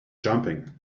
jumping